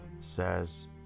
says